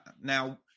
Now